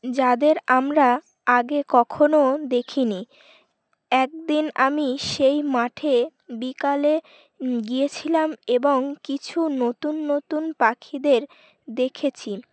যাদের আমরা আগে কখনো দেখিনি একদিন আমি সেই মাঠে বিকালে গিয়েছিলাম এবং কিছু নতুন নতুন পাখিদের দেখেছি